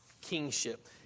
kingship